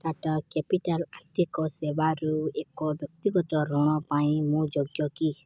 Tata capital ଆର୍ଥିକ ସେବାରୁ ଏକ ବ୍ୟକ୍ତିଗତ ଋଣ ପାଇଁ ମୁଁ ଯୋଗ୍ୟ କି